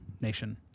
nation